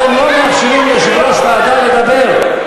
אתם לא מאפשרים ליושב-ראש הוועדה לדבר.